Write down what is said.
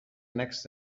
next